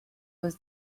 was